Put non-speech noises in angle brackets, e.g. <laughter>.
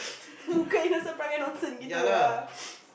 <noise> nonsense ah